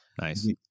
Nice